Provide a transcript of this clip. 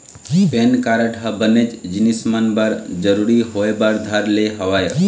PAN card ह बनेच जिनिस मन बर जरुरी होय बर धर ले हवय